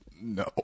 No